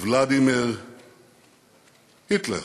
"ולדימיר היטלר".